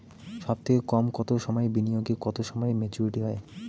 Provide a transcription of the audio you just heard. সবথেকে কম কতো সময়ের বিনিয়োগে কতো সময়ে মেচুরিটি হয়?